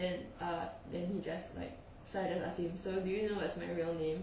then uh then he just like sudden ask me so do you know what's my real name